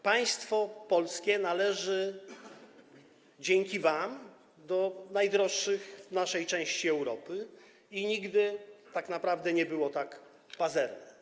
Państwo polskie należy dzięki wam do najdroższych w naszej części Europy i nigdy, tak naprawdę, nie było tak pazerne.